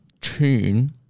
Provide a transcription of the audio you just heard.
tune